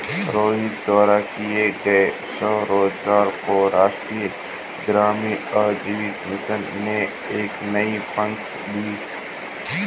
रोहित द्वारा किए गए स्वरोजगार को राष्ट्रीय ग्रामीण आजीविका मिशन ने नए पंख दिए